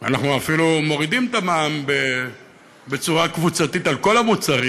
אנחנו אפילו מורידים את המע"מ בצורה קבוצתית על כל המוצרים,